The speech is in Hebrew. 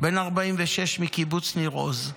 בן 46, מקיבוץ ניר עוז.